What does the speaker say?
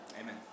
Amen